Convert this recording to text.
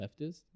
leftist